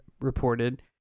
reported